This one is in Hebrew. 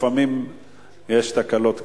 לפעמים יש תקלות קטנות.